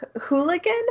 hooligan